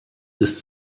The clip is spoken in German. ist